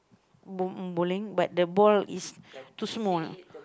bowl~ bowling but the ball is too small